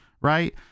right